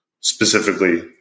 specifically